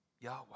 Yahweh